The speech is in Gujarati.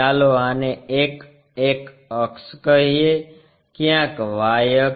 ચાલો આને એક X અક્ષ કહીએ ક્યાંક Y અક્ષ